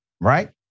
Right